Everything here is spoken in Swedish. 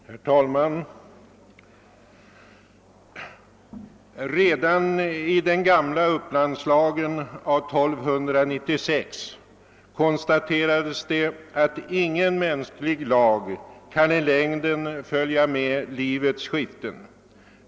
Herr talman! Redan i den gamla Upplandslagen av 1296 konstaterades det att ingen mänsklig lag i längden kan följa med livets skiften.